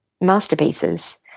masterpieces